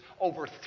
Over